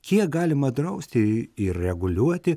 kiek galima drausti ir reguliuoti